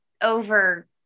over